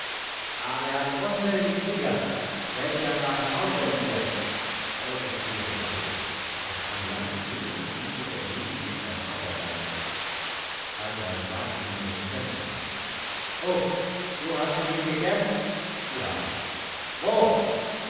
aber er hat unzählige krieger welche er nach mir aussenden wird eure krieger verlache ich es kann leicht jedem von ihnen so ergehen wie es deinem vater ergangen ist als er es wagte mit mir zu kämpfen uff du hast mit ihm gekämpft ja wo